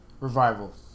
Revival